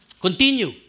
continue